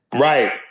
Right